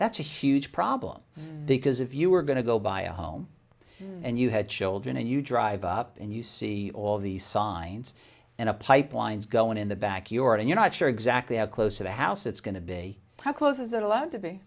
that's a huge problem because if you were going to go buy a home and you had children and you drive up and you see all these signs and a pipelines going in the backyard and you're not sure exactly how close of a house it's going to be how close is allowed to be